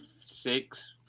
six